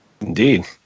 Indeed